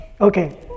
Okay